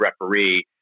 referee